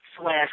slash